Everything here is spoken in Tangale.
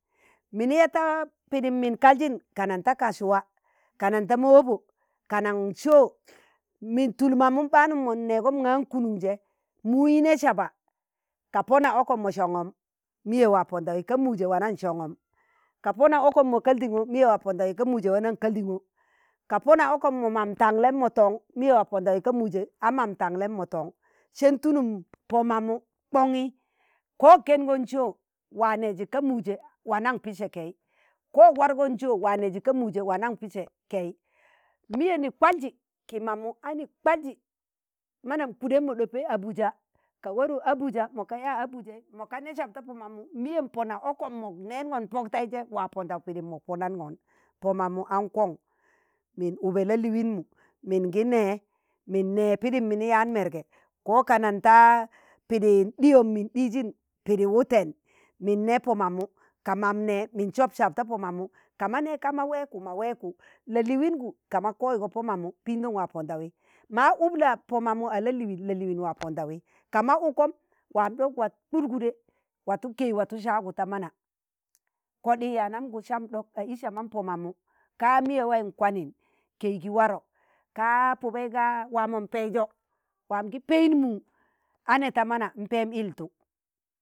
mini ya ta pidim min kaljin kanan ta kasuwa, kanan ta mo wabo, kana so min tul mamum ɓaanụ mon neegom ṇga kanuṇ jẹ, mui nẹ saba ka pona ọkọm ma shọṇg̣ọm, miye waa pọndawi ka muje wanaṇ shọṇg̱ọm ka pọna ọkọm mọ kalɗingọ miye wa pondawi ka muje wannan kalɗiṇgo, ka pona okom mọ mam taṇlẹm mọ tọṇ miye waa pondawi ka muje a mam taṇglẹm mọ tọṇ sen tulum pọ mamu kọng̣ị ko kẹṇgọn sọ wa neeji ka muje wanan pise kei ko ak wargon so wa neji ka muje wannan pise kei miye ni kwalji ki mamụ anẹ kwalji wannan kudem mọ ɗopem Abuja kak warụk Abuja mo kayaa Abujai ma ka nẹ sab ta pọ mamụ, miyem pọna ọkọm mok neeṇgon pok teije waa pondau pidim mok ponaṇgon. po mamu aṇ koṇ min ube la'liin mu min gi ne miin ne pidim mini yaan merge, ko kanan ta pidin ɗiyon min ɗiijin pidi wuten, min ne pọ mamu ka mam ne min sop sab ta pọ mamu ka ma nẹẹka ma weeku, ma wẹẹkụ la'liingu ka ma koygo pọ mamu pindon wa pọndawi, ma ụb la po mamụ a la'liin la'liin wa pọndawi ka ma ukọm waam ɗok, wat kudgude watụ kei watụ sạagu ta mana. Koɗii yanamgu samɗọk a i sama pọ mamu, ka miye wai nkwaniṇ kẹi ki warọ ka pubai, ka wamon paijọ wam ki payin mụu a nee ta mana npeem iltu,